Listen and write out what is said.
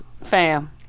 Fam